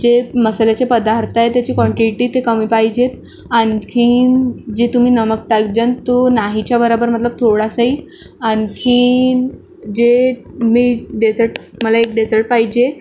जे मसाल्याचे पदार्थ आहे त्याची क्वांटिटी ती कमी पाहिजेत आणखीन जे तुम्ही नमक टाकजान तो नाहीच्या बराबर मतलब थोडासाही आणखीन जे मी डेझर्ट मला एक डेझर्ट पाहिजे